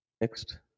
Next